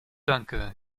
danke